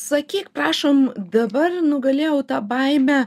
sakyk prašom dabar nugalėjau tą baimę